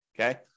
okay